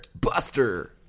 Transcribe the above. Buster